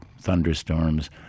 thunderstorms